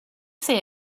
say